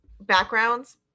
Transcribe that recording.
backgrounds